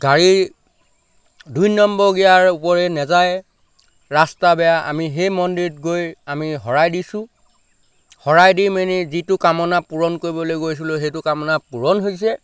গাড়ী দুই নম্বৰ গিয়াৰৰ ওপৰে নাযায় ৰাস্তা বেয়া আমি সেই মন্দিৰত গৈ আমি শৰাই দিছোঁ শৰাই দি মেলি যিটো কামনা পূৰণ কৰিবলৈ গৈছিলোঁ সেইটো কামনা পূৰণ হৈছে